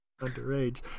Underage